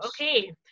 Okay